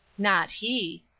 not he!